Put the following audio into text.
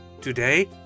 Today